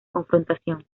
confrontación